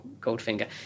Goldfinger